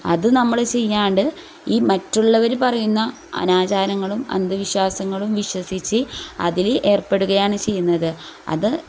അത് നമ്മൾ ചെയ്യാണ്ട് ഈ മറ്റുള്ളവർ പറയുന്ന അനാചാരങ്ങളും അന്ധവിശ്വാസങ്ങളും വിശ്വസിച്ച് അതിൽ ഏർപ്പെടുകയാണ് ചെയ്യുന്നത് അത്